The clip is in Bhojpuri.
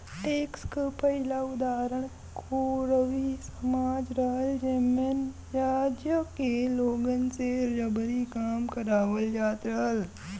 टैक्स क पहिला उदाहरण कोरवी समाज रहल जेमन राज्य के लोगन से जबरी काम करावल जात रहल